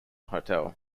hotel